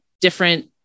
different